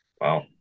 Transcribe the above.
Wow